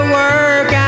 work